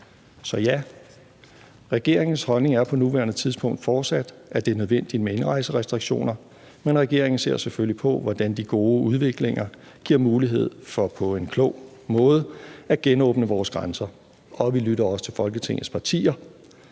Så ja, regeringens holdning er på nuværende tidspunkt fortsat, at det er nødvendigt med indrejserestriktioner, men regeringen ser selvfølgelig på, hvordan de gode udviklinger giver mulighed for på en klog måde at genåbne vores grænser, og vi lytter også til Folketingets partier.